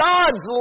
God's